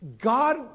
God